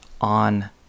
on